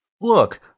Look—